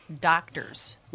doctors